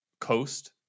coast